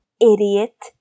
idiot